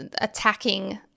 attacking